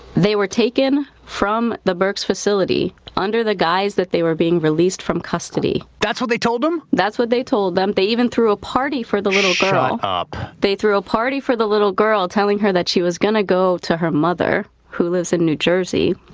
they were taken from the berks facility under the guise that they were being released from custody. that's what they told them? that's what they told them. they even threw a party for the little girl. shut up. they threw a party for the little girl telling her that she was going to go to her mother who lives in new jersey